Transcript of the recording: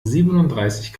siebenunddreißig